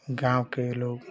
गाँव के लोग